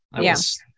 yes